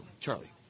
Charlie